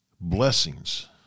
blessings